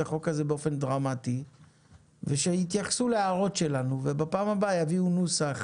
החוק הזה באופן דרמטי ושיתייחסו להערות שלנו ובפעם הבאה יביאו נוסח